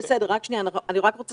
אז רק רגע, אני רוצה